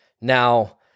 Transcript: Now